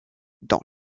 dans